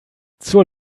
zur